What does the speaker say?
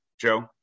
Joe